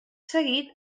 seguit